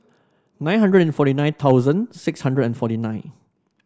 nine hundred and forty nine thousand six hundred and forty nine